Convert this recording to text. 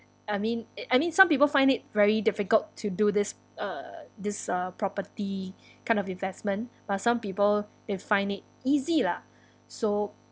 I mean I mean some people find it very difficult to do this uh this uh property kind of investment but some people they find it easy lah so